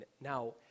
now